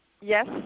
Yes